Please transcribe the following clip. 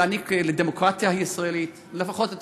ולהעניק לדמוקרטיה הישראלית לפחות את